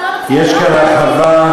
אתה יש כאן הרחבה,